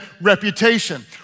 reputation